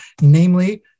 namely